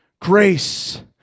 grace